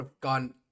gone